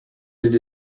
did